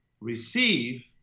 receive